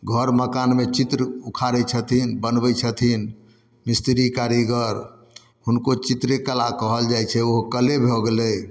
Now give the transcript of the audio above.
घर मकानमे चित्र उखाड़ै छथिन बनबै छथिन मिस्त्री कारीगर हुनको चित्रेकला कहल जाइ छै ओहो कले भऽ गेलै